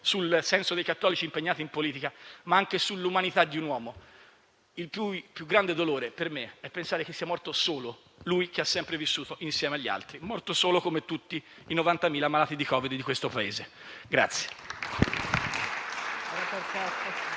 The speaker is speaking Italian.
sul senso dei cattolici impegnati in politica, ma anche sull'umanità di un uomo per cui il più grande dolore per me è pensare che sia morto solo - lui che ha sempre vissuto insieme agli altri - come tutti i 90.000 malati di Covid di questo Paese.